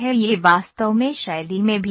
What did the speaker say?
यह वास्तव में शैली में भी है